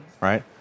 Right